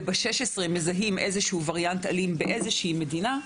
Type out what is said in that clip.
וב-16 נזהה איזה שהוא וריאנט אלים באיזו שהיא מדינה,